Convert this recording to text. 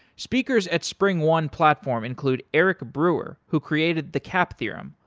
speakers at springone platform include eric brewer, who created the cap theorem,